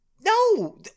No